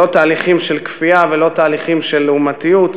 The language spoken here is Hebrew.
לא תהליכים של כפייה ולא תהליכים של לעומתיות.